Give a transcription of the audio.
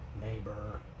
neighbor